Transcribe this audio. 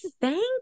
thank